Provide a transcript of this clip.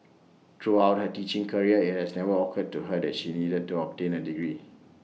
throughout her teaching career IT has never occurred to her that she needed to obtain A degree